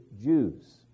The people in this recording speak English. Jews